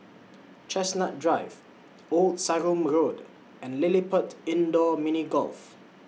Chestnut Drive Old Sarum Road and LilliPutt Indoor Mini Golf